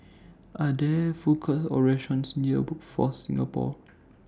Are There Food Courts Or restaurants near Workforce Singapore